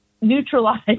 neutralize